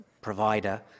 provider